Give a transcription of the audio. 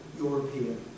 European